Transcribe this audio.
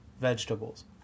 Vegetables